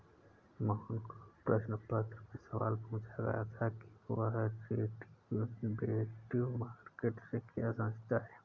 मोहन को प्रश्न पत्र में सवाल पूछा गया था कि वह डेरिवेटिव मार्केट से क्या समझता है?